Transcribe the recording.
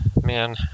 Man